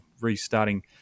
restarting